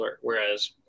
whereas